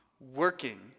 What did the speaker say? Working